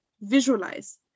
visualize